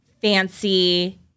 fancy